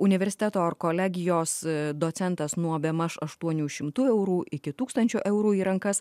universiteto ar kolegijos docentas nuo bemaž aštuonių šimtų eurų iki tūkstančio eurų į rankas